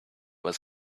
was